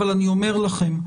אבל אני אומר לכם,